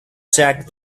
jack